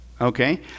okay